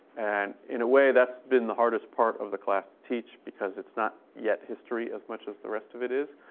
and in a way, that's been the hardest part of the class to teach because it's not yet history as much as the rest of it is.